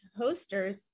hosters